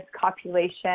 copulation